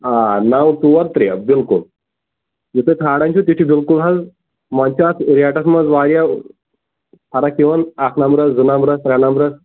آ نو ژور ترٛےٚ بِلکُل یہِ تُہۍ ژھانٛڈان چھِو تہِ چھُ بِلکُل حظ وۄنۍ چھِ اتھ ریٹس منٛز واریاہ فرق یِوان اکھ نمبرس زٕ نمبرس ترٛےٚ نمبرس